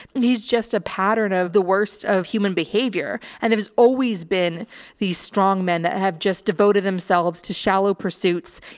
and he's just a pattern of the worst of human behavior. behavior. and it has always been the strong men that have just devoted themselves to shallow pursuits,